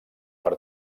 per